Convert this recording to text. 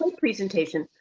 um presentation,